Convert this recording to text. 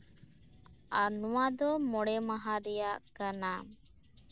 ᱟᱨ ᱱᱚᱣᱟ ᱫᱚ ᱢᱚᱬᱮ ᱢᱟᱦᱟ ᱨᱮᱭᱟᱜ ᱠᱟᱱᱟ